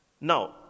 now